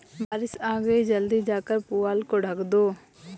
बारिश आ गई जल्दी जाकर पुआल को ढक दो